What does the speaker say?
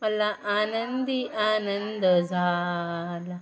मला आनंदी आनंद झाला